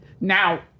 Now